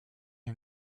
est